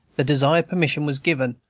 the desired permission was given,